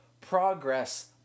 progress